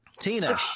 Tina